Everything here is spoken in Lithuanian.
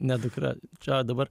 ne dukra čia dabar